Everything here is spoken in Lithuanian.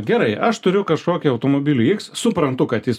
gerai aš turiu kažkokį automobilį iks suprantu kad jis